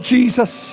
Jesus